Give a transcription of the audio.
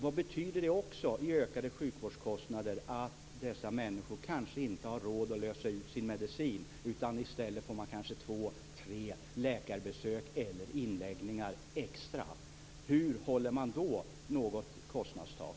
Vad betyder det i ökade sjukvårdskostnader att dessa människor kanske inte har råd att lösa ut sin medicin, utan i stället får två tre extra läkarbesök eller inläggningar? Hur håller man då ett kostnadstak?